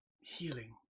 healing